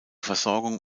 versorgung